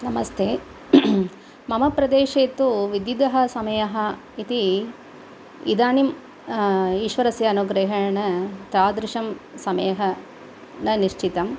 नमस्ते मम प्रदेशेतु विद्युदः समयः इति इदानीं ईश्वरस्य अनुग्रहेण तादृशं समयः न निश्चितं